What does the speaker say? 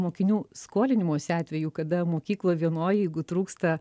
mokinių skolinimosi atvejų kada mokykloj vienoj jeigu trūksta